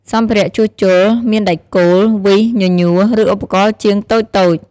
សម្ភារៈជួសជុល មានដែកគោល វីស ញញួរ ឬឧបករណ៍ជាងតូចៗ។